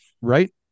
Right